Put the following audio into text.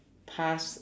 pass